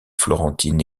florentine